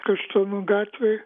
kaštonų gatvėj